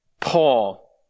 Paul